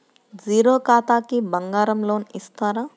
Zero ఖాతాకి బంగారం loan ఇస్తారా?